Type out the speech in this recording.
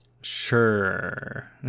Sure